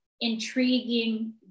intriguing